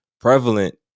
prevalent